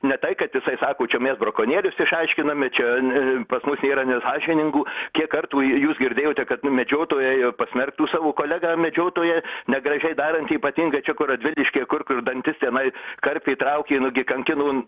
ne tai kad jisai sako čia mes brakonierius išaiškiname čia n pas mus nėra nesąžiningų kiek kartų j jūs girdėjote kad nu medžiotojai pasmerktų savo kolegą medžiotoją negražiai darant ypatingai čia kur radviliškyje kur dantis tenai karpė traukė nugi kankino